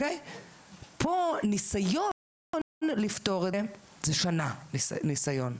פה ניסיון לפתור את זה זה שנה ניסיון,